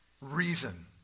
reason